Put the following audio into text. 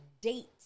date